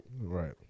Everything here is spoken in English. right